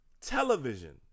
television